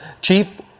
Chief